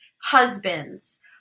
husbands